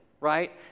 right